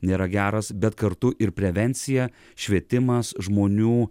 nėra geras bet kartu ir prevencija švietimas žmonių